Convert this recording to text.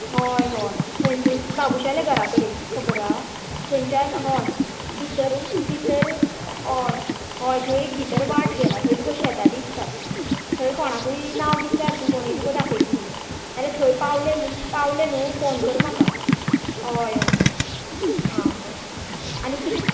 हय हय थंयसून बाबुशाले घरा कडेन खबर हा थनच्यान हय भितर भितर हय हय थंय एक भितर वाट गेल्या थंय तुका शेतां दिसता थंय कोणाकूय नांव विचार तूं कोणूय तुका दाखयतलीं नाल्यार थंय पावलें न्हूं पावलें न्हूं फोन कर म्हाका हय हय आं बरें आनी कितें